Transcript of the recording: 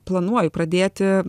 planuoju pradėti